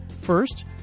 First